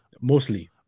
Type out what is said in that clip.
mostly